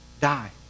die